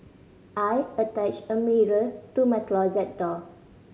I attached a mirror to my closet door